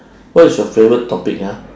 what is your favourite topic ah